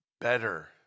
better